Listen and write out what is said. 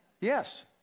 Yes